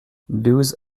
douze